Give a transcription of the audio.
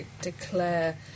declare